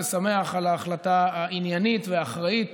ושמח על ההחלטה העניינית והאחראית